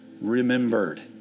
remembered